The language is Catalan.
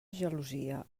gelosia